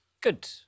Good